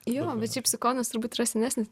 jo bet šiaip sikonas turbūt yra senesnis nei